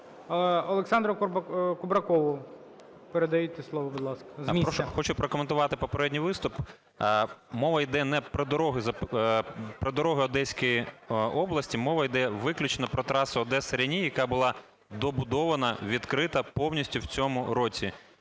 Олександру Кубракову передають слово, будь ласка, з місця. 18:01:18 КУБРАКОВ О.М. Хочу прокоментувати попередній виступ. Мова йде не про дороги Одеської області. Мова йде виключно про трасу Одеса – Рен", яка була добудована, відкрита повністю в цьому році.